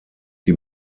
die